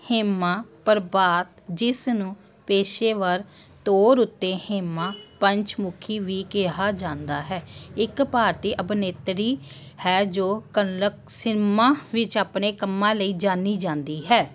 ਹੇਮਾ ਪ੍ਰਭਾਤ ਜਿਸ ਨੂੰ ਪੇਸ਼ੇਵਰ ਤੌਰ ਉੱਤੇ ਹੇਮਾ ਪੰਚ ਮੁਖੀ ਵੀ ਕਿਹਾ ਜਾਂਦਾ ਹੈ ਇੱਕ ਭਾਰਤੀ ਅਭਿਨੇਤਰੀ ਹੈ ਜੋ ਕੰਨੜ ਸਿਨੇਮਾ ਵਿੱਚ ਆਪਣੇ ਕੰਮਾਂ ਲਈ ਜਾਣੀ ਜਾਂਦੀ ਹੈ